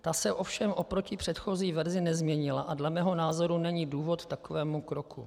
Ta se ovšem oproti předchozí verzi nezměnila a dle mého názoru není důvod k takovému kroku.